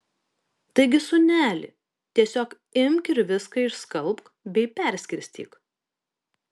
taigi sūneli tiesiog imk ir viską išskalbk bei perskirstyk